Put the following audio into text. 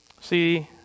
See